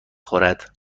خورد